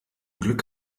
glück